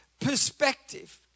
perspective